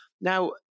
Now